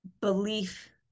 belief